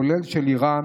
כולל של איראן.